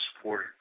supporter